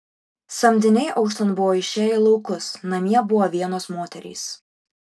samdiniai auštant buvo išėję į laukus namie buvo vienos moterys